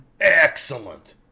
Excellent